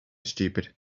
stupid